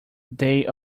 they